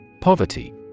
Poverty